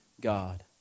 God